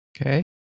Okay